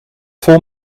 vol